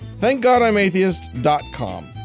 thankgodimatheist.com